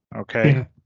Okay